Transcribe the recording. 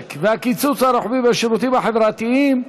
במשק והקיצוץ הרוחבי בשירותים החברתיים,